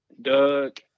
Doug